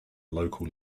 local